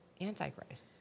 Antichrist